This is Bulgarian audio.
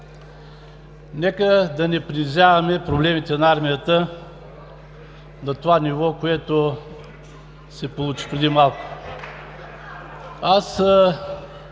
Нека да не принизяваме проблемите на армията на това ниво, което се получи преди малко. (Шум,